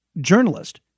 journalist